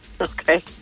Okay